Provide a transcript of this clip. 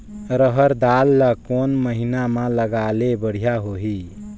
रहर दाल ला कोन महीना म लगाले बढ़िया होही?